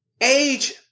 Age